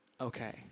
Okay